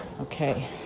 Okay